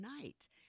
Night